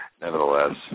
Nevertheless